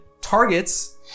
targets